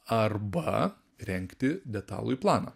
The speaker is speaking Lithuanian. arba rengti detalųjį planą